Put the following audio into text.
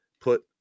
put